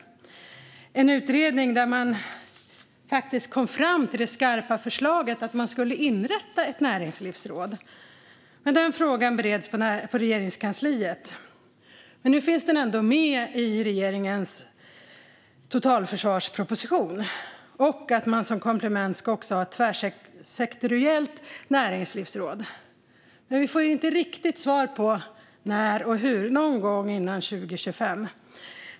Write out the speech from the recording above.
Den utredningen kom faktiskt fram till det skarpa förslaget att ett näringslivsråd ska inrättas. Den frågan bereds i Regeringskansliet, men nu finns den ändå med i regeringens totalförsvarsproposition - liksom att det som komplement ska finnas ett tvärsektoriellt näringslivsråd. Vi får dock inte riktigt svar på när och hur utöver att det är någon gång före 2025.